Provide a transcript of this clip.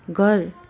घर